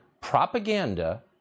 propaganda